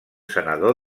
senador